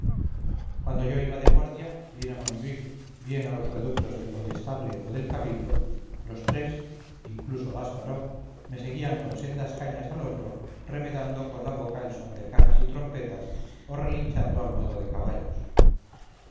cuando yo iba de guardia bien a monjuich bien a los reductos del condestable o del cabildo los tres incluso gasparó me seguían con sendas cañas al hombro remedando con la boca el son de cajas y trompetas o relinchando al modo de caballos